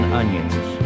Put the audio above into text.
onions